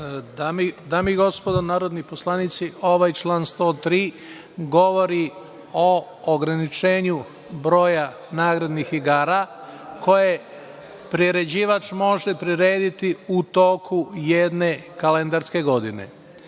Dame i gospodo narodni poslanici, ovaj član 103. govori o ograničenju broja nagradnih igara koje priređivač može prirediti u toku jedne kalendarske godine.